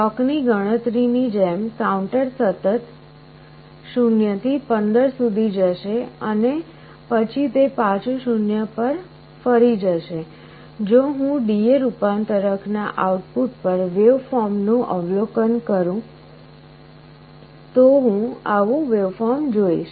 clock ની ગણતરી ની જેમ કાઉન્ટર સતત 0 થી 15 સુધી જશે અને પછી તે પાછું 0 પર ફરી જશે જો હું DA રૂપાંતરક ના આઉટપુટ પર વેવફોર્મ નું અવલોકન કરું તો હું આવું વેવફોર્મ જોઈશ